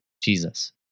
Jesus